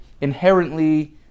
Inherently